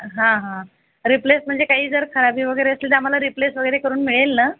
हा हा रिप्लेस म्हणजे काही जर खराबी वगैरे असेल तर आम्हाला रिप्लेस वगैरे करून मिळेल ना